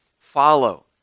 follow